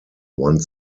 once